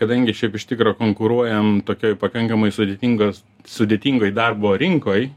kadangi šiaip iš tikro konkuruojam tokioj pakankamai sudėtingos sudėtingoj darbo rinkoj